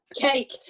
cake